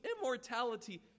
immortality